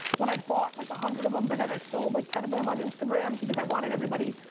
when i bought like a hundred of em but then i sold like ten of them on instagram because i wanted everybody,